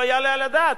לא יעלה על הדעת.